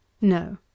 No